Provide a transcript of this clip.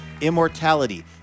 immortality